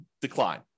decline